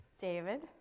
David